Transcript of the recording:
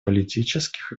политических